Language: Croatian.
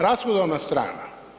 Rashodovna strana.